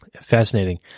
Fascinating